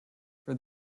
for